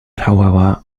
however